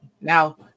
Now